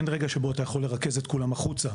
אין רגע שבו אתה יכול לרכז את כולם החוצה,